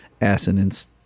Assonance